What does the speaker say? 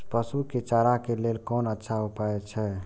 पशु के चारा के लेल कोन अच्छा उपाय अछि?